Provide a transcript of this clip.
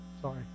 sorry